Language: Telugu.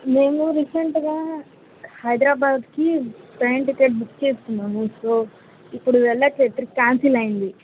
మేము రీసెంట్గా హైదరాబాద్కి ట్రైన్ టిక్కెట్ బుక్ చేసుకున్నాము సో ఇప్పుడు వెళ్ళట్లేదు ట్రిప్ క్యాన్సిల్ అయింది